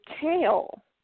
tail